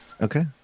Okay